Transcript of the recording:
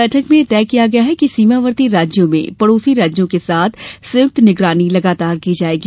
बैठक में यह तय किया गया कि सीमावर्ती राज्यों में पडोसी राज्यों के साथ संयुक्त निगरानी लगातार की जाएगी